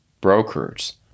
brokers